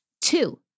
Two